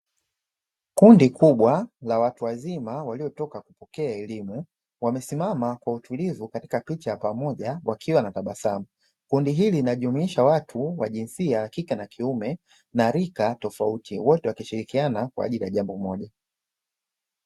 Kundi kubwa la watu wazima waliotoka kupokea elimu wamesimama kwa utulivu katika picha ya pamoja wakiwa wanatanasamu, kundi hili linajumuisha watu wa jinsia ya kike na kiume na rika tofauti wote wakishirikiana kwa ajili ya jambo moja.